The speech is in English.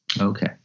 Okay